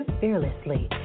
fearlessly